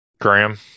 Graham